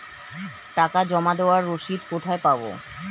টাকা জমা দেবার রসিদ কোথায় পাব?